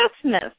Christmas